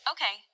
Okay